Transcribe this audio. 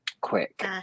quick